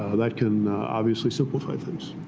ah that can obviously simplify things.